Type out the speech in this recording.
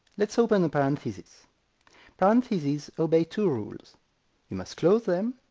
let's open a parenthesis. parentheses obey two rules you must close them,